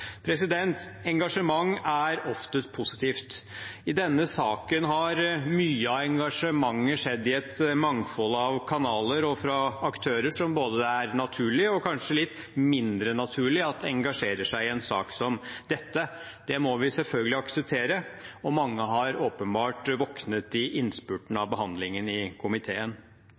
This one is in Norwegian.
Engasjement er oftest positivt. I denne saken har mye av engasjementet skjedd i et mangfold av kanaler og fra aktører som det både er naturlig og kanskje litt mindre naturlig at engasjerer seg i en sak som dette. Det må vi selvfølgelig akseptere. Mange har åpenbart våknet i innspurten av behandlingen i komiteen.